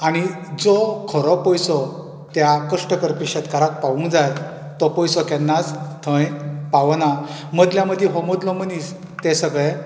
आनी जो खरो पयसो त्या कश्ट करपी शेतकाराक पावूंक जाय तो पयसो केन्नाच थंय पावना मदल्या मदीं हो मदलो मनीस ते सगळें